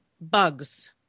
bugs